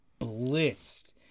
blitzed